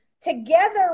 together